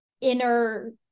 inner